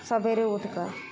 सवेरे उठिके